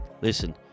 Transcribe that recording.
listen